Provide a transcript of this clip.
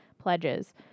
pledges